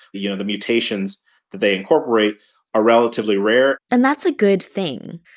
you know, the mutations that they incorporate are relatively rare and that's a good thing.